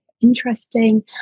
interesting